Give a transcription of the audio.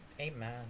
Amen